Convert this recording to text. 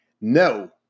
no